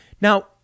Now